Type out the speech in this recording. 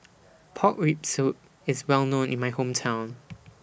Pork Rib Soup IS Well known in My Hometown